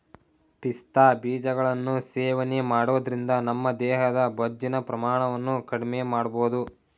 ಪಿಸ್ತಾ ಬೀಜಗಳನ್ನು ಸೇವನೆ ಮಾಡೋದ್ರಿಂದ ನಮ್ಮ ದೇಹದ ಬೊಜ್ಜಿನ ಪ್ರಮಾಣವನ್ನು ಕಡ್ಮೆಮಾಡ್ಬೋದು